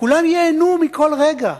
כולם ייהנו מכל רגע.